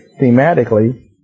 thematically